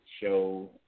show